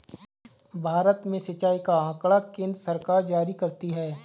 भारत में सिंचाई का आँकड़ा केन्द्र सरकार जारी करती है